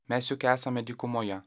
mes juk esame dykumoje